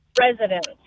residents